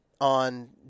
on